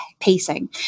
pacing